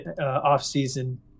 off-season